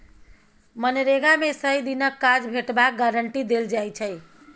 मनरेगा मे सय दिनक काज भेटबाक गारंटी देल जाइ छै